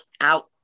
out